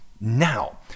Now